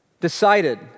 decided